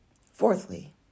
Fourthly